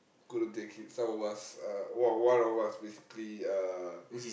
couldn't take it some of us uh one one of us basically uh